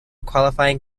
qualifying